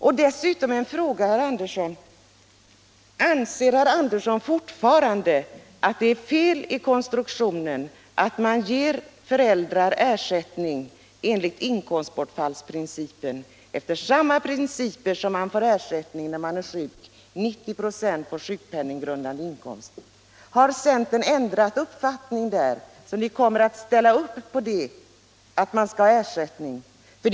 Ytterligare en fråga, herr Andersson i Nybro: Anser herr Andersson att det är en felaktig konstruktion att ge föräldrar ersättning enligt inkomstbortfallsprincipen, dvs. enligt samma princip som gäller när man är sjuk: 90 96 av den sjukpenninggrundande inkomsten? Har centern ändrat uppfattning på den här punkten, så att ni nu kommer att ställa upp på att man skall ha en sådan ersättningsprincip?